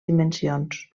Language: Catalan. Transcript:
dimensions